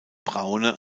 braune